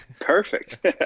Perfect